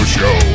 Show